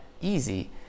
easy